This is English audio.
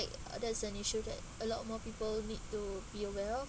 like uh there's an issue that a lot more people need to be aware of